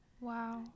Wow